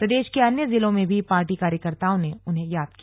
प्रदेश के अन्य जिलों में भी पार्टी कार्यकर्ताओं ने उन्हें याद किया